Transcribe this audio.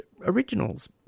Originals